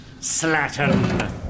slattern